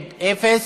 שי.